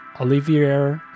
Olivier